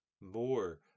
more